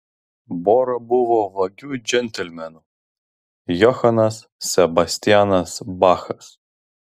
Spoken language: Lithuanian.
bora buvo vagių džentelmenų johanas sebastianas bachas